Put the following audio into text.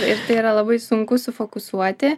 ir tai yra labai sunku sufokusuoti